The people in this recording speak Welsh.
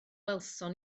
welsom